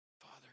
Father